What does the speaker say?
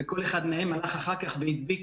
וכל אחד מהם הלך אחר כך והדביק